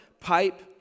pipe